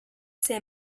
ses